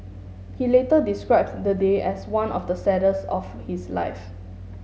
he later described the day as one of the saddest of his life